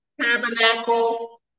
tabernacle